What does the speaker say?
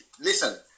listen